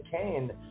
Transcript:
kane